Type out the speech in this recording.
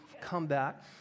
comeback